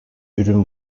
ürün